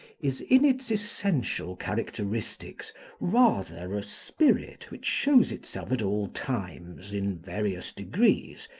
is in its essential characteristics rather a spirit which shows itself at all times, in various degrees,